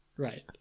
Right